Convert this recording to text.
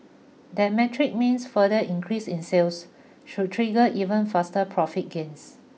that metric means further increases in sales should trigger even faster profit gains